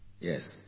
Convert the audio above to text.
Yes